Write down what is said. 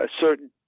certain